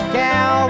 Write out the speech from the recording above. cow